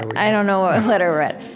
i don't know what letter we're at.